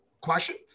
question